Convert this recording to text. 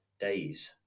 days